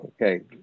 Okay